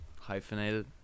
Hyphenated